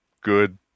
good